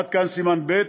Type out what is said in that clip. עד כאן סימן ב'.